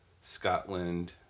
Scotland